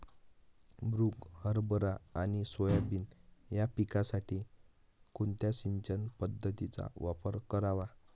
मुग, हरभरा आणि सोयाबीन या पिकासाठी कोणत्या सिंचन पद्धतीचा वापर करावा?